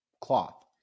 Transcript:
cloth